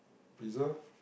pizza